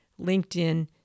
LinkedIn